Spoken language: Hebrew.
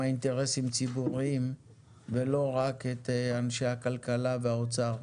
אינטרסים ציבוריים ולא רק את אנשי הכלכלה והאוצר.